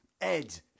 Ed